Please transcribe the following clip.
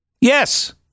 Yes